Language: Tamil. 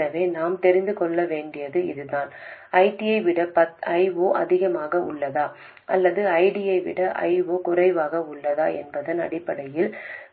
எனவே நாம் தெரிந்து கொள்ள வேண்டியது இதுதான் ID யை விட I0 அதிகமாக உள்ளதா அல்லது ID யை விட I0 குறைவாக உள்ளதா என்பதன் அடிப்படையில்